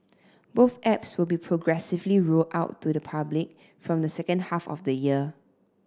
both apps will be progressively rolled out to the public from the second half of the year